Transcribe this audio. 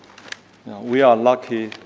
we are lucky.